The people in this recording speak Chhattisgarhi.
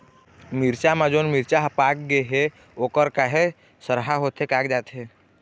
मिरचा म जोन मिरचा हर पाक गे हे ओहर काहे सरहा होथे कागजात हे?